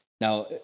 Now